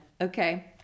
Okay